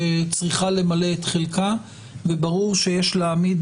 צריכה למלא את חלקה וברור שיש להעמיד,